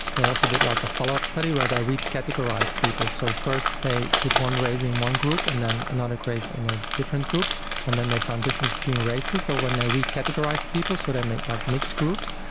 they also did like a follow-up study where they re-categorised people. so first they put one race in one group and then another race in a different group and then they found differences between races. but when they re-categorised people, so they made like mixed groups,